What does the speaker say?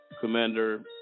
Commander